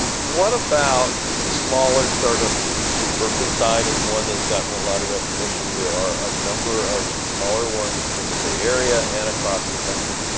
what about the smaller startups that you see. berkeleyside is one that's gotten a lot of recognition. there are a number of smaller ones in the bay area and across the country.